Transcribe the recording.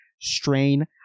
strain